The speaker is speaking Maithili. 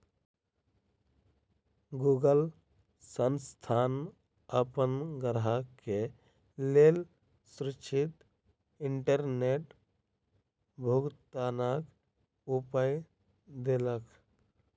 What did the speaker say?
गूगल संस्थान अपन ग्राहक के लेल सुरक्षित इंटरनेट भुगतनाक उपाय देलक